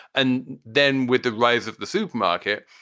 and then with the rise of the supermarket,